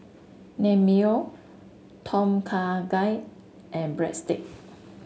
Naengmyeon Tom Kha Gai and Breadstick